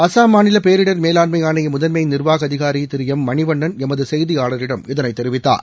அஸ்ஸாம் மாநில பேரிடர் மேலாண்மை ஆணைய முதன்மை நிர்வாக அதிகாரி திரு எம் மணிவண்ணன் எமது செய்தியாளரிடம் இதனை தெரிவித்தார்